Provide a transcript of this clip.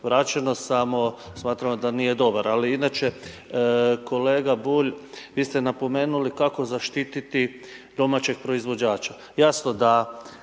vraćeno, samo smatramo da nije dobar, ali inače kolega Bulj, vi ste napomenuli kako zaštititi domaćeg proizvođača. Jasno da